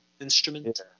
instrument